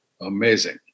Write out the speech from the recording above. Amazing